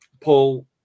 Paul